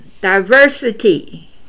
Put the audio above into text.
diversity